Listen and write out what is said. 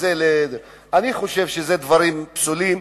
אני חושב שאלה דברים פסולים,